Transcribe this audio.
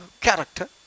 character